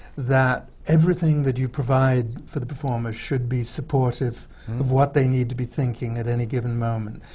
that everything that you provide for the performer should be supportive of what they need to be thinking at any given moment.